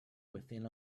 within